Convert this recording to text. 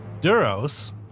Duros